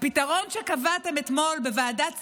הפתרון שקבעתם אתמול בוועדת שרים,